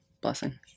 blessing